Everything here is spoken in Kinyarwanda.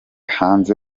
hanze